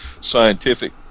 scientific